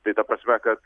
tai ta prasme kad